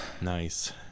Nice